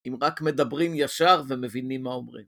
אם רק מדברים ישר ומבינים מה אומרים.